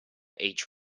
each